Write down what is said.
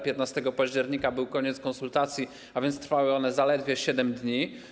15 października był koniec konsultacji, a więc trwały one zaledwie 7 dni.